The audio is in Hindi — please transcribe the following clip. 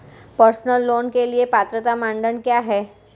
पर्सनल लोंन के लिए पात्रता मानदंड क्या हैं?